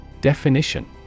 Definition